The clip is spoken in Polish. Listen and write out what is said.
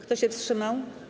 Kto się wstrzymał?